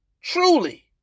truly